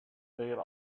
their